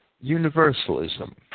universalism